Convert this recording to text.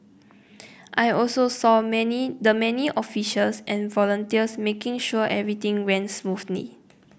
I also saw many the many officials and volunteers making sure everything ran smoothly